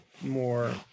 more